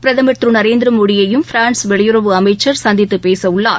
பிரதமர் திரு நரேந்திரமோடியையும் பிரான்ஸ் வெளியுறவு அமைச்சர் சந்தித்துப் பேச உள்ளார்